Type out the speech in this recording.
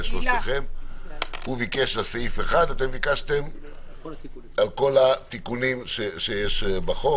הוא ביקש על סעיף אחד ואתם ביקשתם על כל התיקונים שיש בחוק.